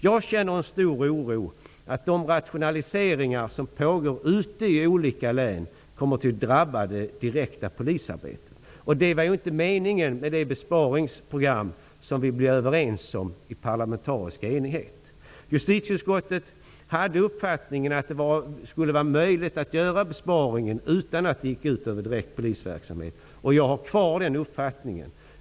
Jag känner en stor oro för att de rationaliseringar som pågår ute i olika län kommer att drabba det direkta polisarbetet. Det var inte meningen med det besparingsprogram som vi blev överens om i parlamentarisk enighet. Justitieutskottet hade uppfattningen att det skulle vara möjligt att göra besparingen utan att det skulle gå ut över direkt polisverksamhet. Jag har kvar den uppfattningen.